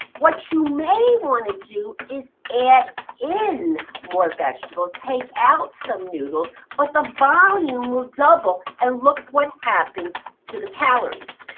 what you may want to do is add in more vegetables, take out some noodles. but the volume will double, and look what happens to the calories.